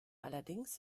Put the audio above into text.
allerdings